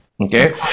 Okay